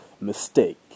mistake